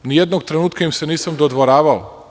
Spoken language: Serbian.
Nijednog trenutka im se nisam dodvoravao.